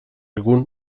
egun